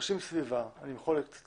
תרשים סביבה, אני יכול להבין.